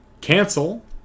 Cancel